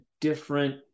different